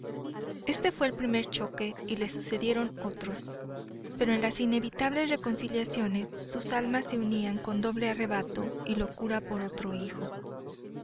este fué el primer choque y le sucedieron otros pero en las inevitables reconciliciones sus almas se unían con doble arrebato y locura por otro hijo